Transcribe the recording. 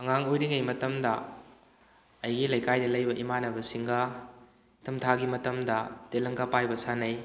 ꯑꯉꯥꯡ ꯑꯣꯏꯔꯤꯉꯩ ꯃꯇꯝꯗ ꯑꯩꯒꯤ ꯂꯩꯀꯥꯏꯗ ꯂꯩꯕ ꯏꯃꯥꯟꯅꯕꯁꯤꯡꯒ ꯅꯤꯡꯊꯝ ꯊꯥꯒꯤ ꯃꯇꯝꯗ ꯇꯦꯂꯪꯀꯥ ꯄꯥꯏꯕ ꯁꯥꯟꯅꯩ